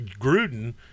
Gruden